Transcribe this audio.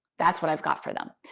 that's what i've got for them.